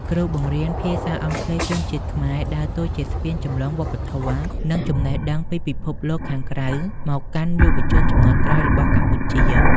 គ្រូបង្រៀនភាសាអង់គ្លេសជនជាតិខ្មែរដើរតួជាស្ពានចម្លងវប្បធម៌ និងចំណេះដឹងពីពិភពលោកខាងក្រៅមកកាន់យុវជនជំនាន់ក្រោយរបស់កម្ពុជា។